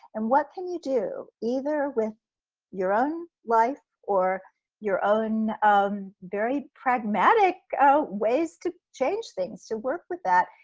and what can you do either with your own life or your own um very pragmatic ways to change things to work with that,